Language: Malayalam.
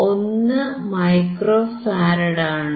1 മൈക്രോ ഫാരഡ് ആണ്